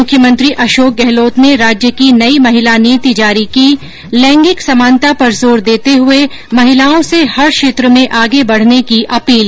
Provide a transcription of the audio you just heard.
मुख्यमंत्री अशोक गहलोत ने राज्य की नई महिला नीति जारी की लैंगिक समानता पर जोर देते हुए महिलाओं से हर क्षेत्र में आगे बढ़ने की अपील